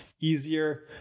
easier